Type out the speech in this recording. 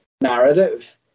narrative